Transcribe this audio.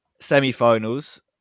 semi-finals